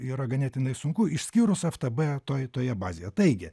yra ganėtinai sunku išskyrus ftb toje toje bazėje taigi